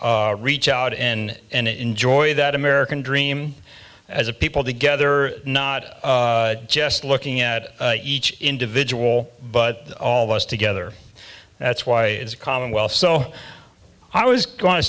n reach out in and enjoy that american dream as a people together not just looking at each individual but all of us together that's why it's a commonwealth so i was going to